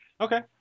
Okay